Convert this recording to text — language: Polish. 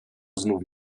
znów